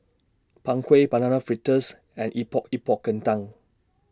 Png Kueh Banana Fritters and Epok Epok Kentang